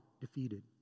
defeated